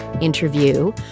interview